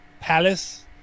Palace